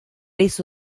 eso